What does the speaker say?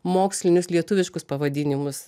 mokslinius lietuviškus pavadinimus